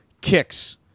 kicks